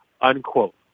unquote